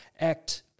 act